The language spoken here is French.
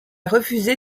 refusé